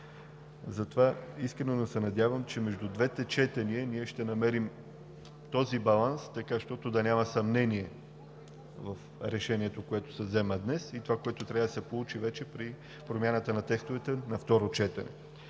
въпроси. Искрено се надявам, че между двете четения ще намерим този баланс, за да няма съмнение в решението, което се взема днес, и това, което трябва да се получи вече при промяната на текстовете на второ четене.